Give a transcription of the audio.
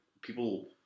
people